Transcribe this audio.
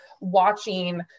watching